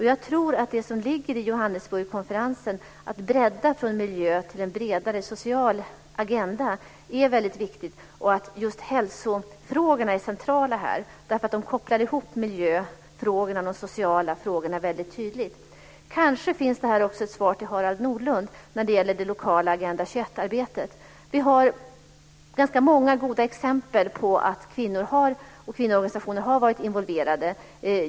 Jag tror att det som ligger i Johannesburgs-konferensen, att bredda från miljö till en bredare social agenda, är väldigt viktigt. Här är just hälsofrågorna centrala, därför att de kopplar ihop miljöfrågorna med de sociala frågorna väldigt tydligt. Kanske finns det här också ett svar till Harald Nordlund när det gäller det lokala Agenda 21-arbetet. Vi har ganska många goda exempel på att kvinnor och kvinnoorganisationer har varit involverade.